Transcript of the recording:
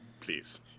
Please